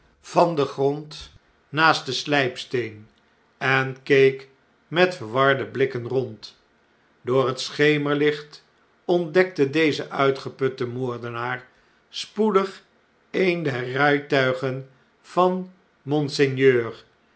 van den grond naast den sln'psteen en keek met verwarde blikken rond door het schemerlicht ontdekte deze uitgeputte moordenaar spoedig een der rjjtuigen van monseigneur